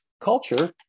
culture